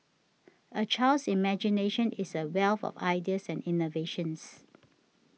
a child's imagination is a wealth of ideas and innovations